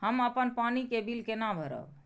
हम अपन पानी के बिल केना भरब?